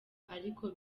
ariko